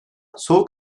soğuk